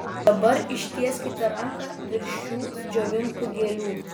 dabar ištieskite ranką virš šių džiovintų gėlių